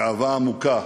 גאווה עמוקה,